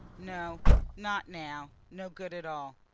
no not now no good at all.